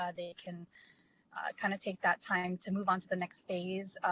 ah they can kind of take that time to move on to the next phase.